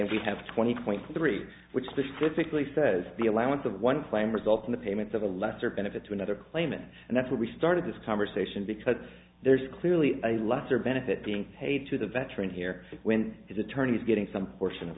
am we have twenty two point three which bush physically says the allowance of one claim results in the payments of a lesser benefit to another claimant and that's where we started this conversation because there's clearly a lesser benefit being paid to the veteran here when his attorney is getting some portion of